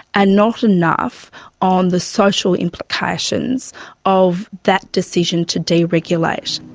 and not enough on the social implications of that decision to deregulate.